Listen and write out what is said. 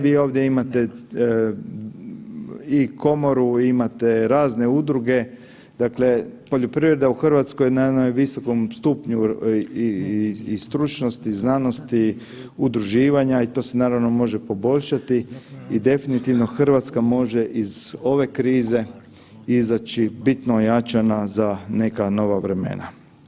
Vi ovdje imate i komoru, imate razne udruge, dakle poljoprivreda u RH je na jednom visokom stupnju i stručnosti i znanosti udruživanja i to se naravno može poboljšati i definitivno RH može iz ove krize izaći bitno jača na, za neka nova vremena.